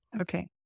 Okay